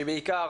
שבעיקר